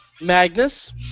Magnus